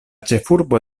ĉefurbo